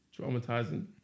traumatizing